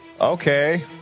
Okay